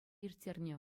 ирттернӗ